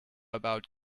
about